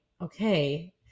okay